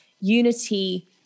unity